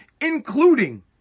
including